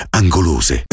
angolose